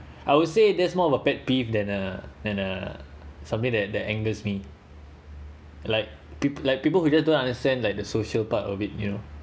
I would say that's more of a pet peeve than uh than uh something that that angers me like people like people who just don't understand like the social part of it you know